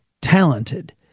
talented